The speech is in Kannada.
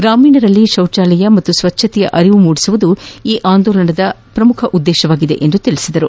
ಗ್ರಾಮೀಣರಲ್ಲಿ ಶೌಚಾಲಯ ಹಾಗು ಸ್ವಚ್ಛಕೆಯ ಅರಿವು ಮೂಡಿಸುವುದು ಈ ಆಂದೋಲನದ ಉದ್ದೇಶವಾಗಿದೆ ಎಂದರು